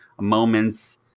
moments